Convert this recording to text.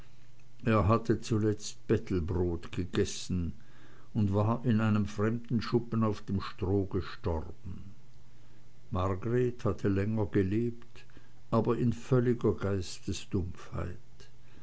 er hatte zuletzt bettelbrod gegessen und war in einem fremden schuppen auf dem stroh gestorben margreth hatte länger gelebt aber in völliger